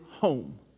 home